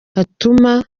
hatuma